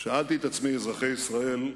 שאלתי את עצמי, אזרחי ישראל,